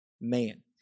man